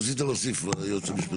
רצית להוסיף, היועץ המשפטי.